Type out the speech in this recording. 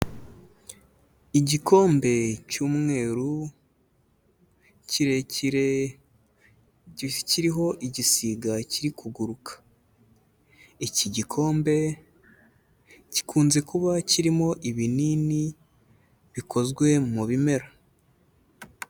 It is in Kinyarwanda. Igikombe cy'umweru, kirekire, kiriho igisiga kiri kuguruka. Iki gikombe, gikunze kuba kirimo, ibinini bikozwe mu bimera.